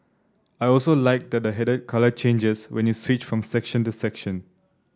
I also like that the header colour changes when you switch from section to section